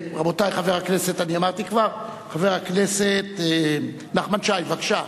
חבר הכנסת נחמן שי, בבקשה.